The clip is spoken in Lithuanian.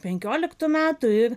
penkioliktų metų ir